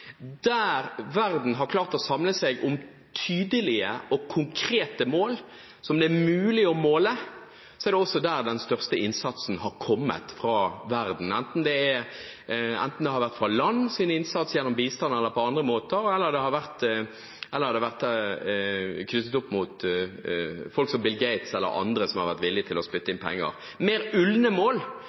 der verden har klart å samle seg om tydelige og konkrete mål, som det er mulig å måle, er også der den største innsatsen har kommet fra verden, enten det har vært lands innsats gjennom bistand eller på andre måter, eller det har vært knyttet opp mot folk som Bill Gates eller andre som har vært villige til å spytte inn penger. Mer